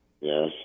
yes